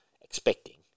expecting